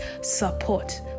support